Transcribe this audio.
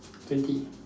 twenty